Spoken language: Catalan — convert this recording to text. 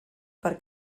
per